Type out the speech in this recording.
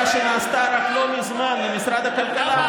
בהקשר להעברה שנעשתה רק לא מזמן למשרד הכלכלה,